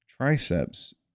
triceps